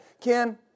Ken